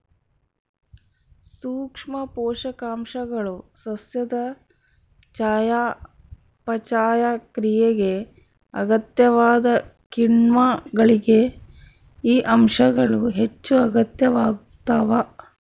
ಸೂಕ್ಷ್ಮ ಪೋಷಕಾಂಶಗಳು ಸಸ್ಯದ ಚಯಾಪಚಯ ಕ್ರಿಯೆಗೆ ಅಗತ್ಯವಾದ ಕಿಣ್ವಗಳಿಗೆ ಈ ಅಂಶಗಳು ಹೆಚ್ಚುಅಗತ್ಯವಾಗ್ತಾವ